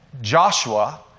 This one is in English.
Joshua